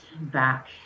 back